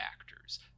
actors